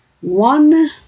one